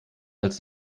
als